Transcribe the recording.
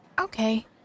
okay